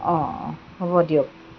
অঁ হ'ব দিয়ক